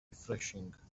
refreshing